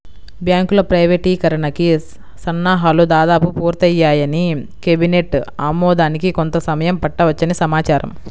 బ్యాంకుల ప్రైవేటీకరణకి సన్నాహాలు దాదాపు పూర్తయ్యాయని, కేబినెట్ ఆమోదానికి కొంత సమయం పట్టవచ్చని సమాచారం